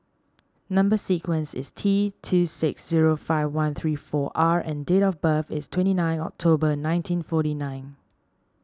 Number Sequence is T two six zero five one three four R and date of birth is twenty nine October nineteen forty nine